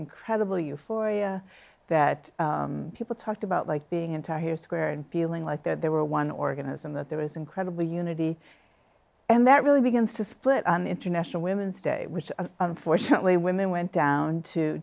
incredible euphoria that people talked about like being in tahrir square and feeling like there were one organism that there was incredibly unity and that really begins to split international women's day which unfortunately women went down to